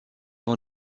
vont